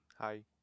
Hi